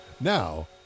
Now